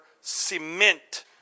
cement